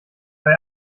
bei